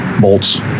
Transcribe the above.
Bolts